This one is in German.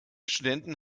studenten